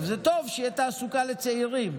זה טוב שיש תעסוקה לצעירים,